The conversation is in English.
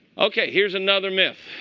ok, here's another myth.